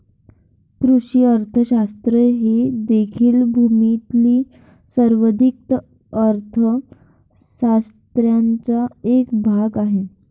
कृषी अर्थशास्त्र हे देखील भूमीशी संबंधित अर्थ शास्त्राचा एक भाग आहे